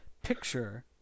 picture